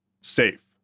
safe